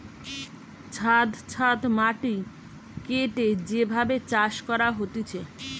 ছাদ ছাদ মাটি কেটে যে ভাবে চাষ করা হতিছে